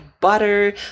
butter